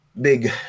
big